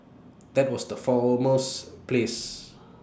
that was the for most place